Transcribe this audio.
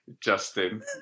Justin